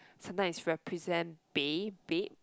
sometime it represent Babe